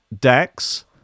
decks